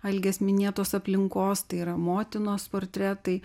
algės minėtos aplinkos tai yra motinos portretai